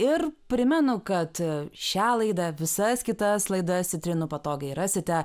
ir primenu kad šią laidą visas kitas laidas citrinų patogiai rasite